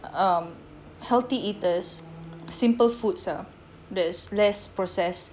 um healthy eaters simple food so there's less processed